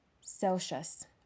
celsius